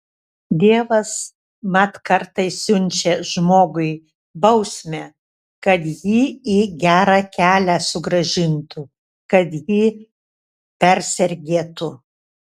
dievas mat kartais siunčia žmogui bausmę kad jį į gerą kelią sugrąžintų kad jį persergėtų